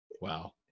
Wow